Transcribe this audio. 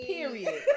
Period